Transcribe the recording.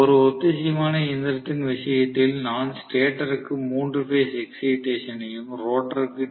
ஒரு ஒத்திசைவான இயந்திரத்தின் விஷயத்தில் நான் ஸ்டேட்டருக்கு மூன்று பேஸ் எக்ஸைடேசனையும் ரோட்டருக்கு டி